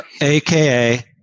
AKA